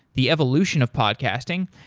the evolution of podcasting,